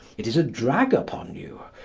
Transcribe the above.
it is a drag upon you.